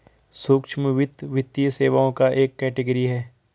सूक्ष्म वित्त, वित्तीय सेवाओं का एक कैटेगरी है